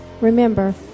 Remember